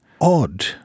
odd